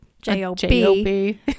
j-o-b